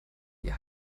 die